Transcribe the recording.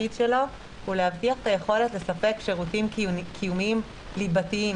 התפקיד שלו הוא להבטיח את היכולת לספק שירותים קיומיים ליבתיים,